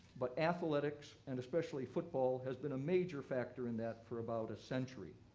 but athletics, and especially football, has been a major factor in that for about a century.